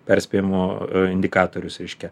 perspėjimo indikatorius reiškia